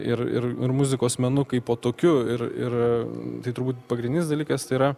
ir ir ir muzikos menu kaipo tokiu ir ir tai turbūt pagrindinis dalykas tai yra